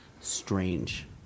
strange